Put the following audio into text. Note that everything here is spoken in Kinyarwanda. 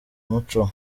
umuco